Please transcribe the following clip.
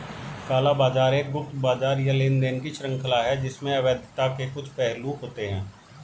काला बाजार एक गुप्त बाजार या लेनदेन की श्रृंखला है जिसमें अवैधता के कुछ पहलू होते हैं